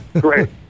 great